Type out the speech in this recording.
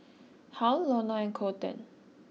Hal Lorna and Colten